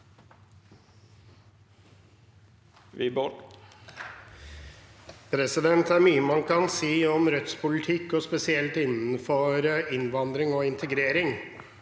Det er mye man kan si om Rødts politikk, og spesielt innenfor innvandring og integrering,